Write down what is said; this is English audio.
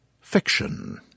Fiction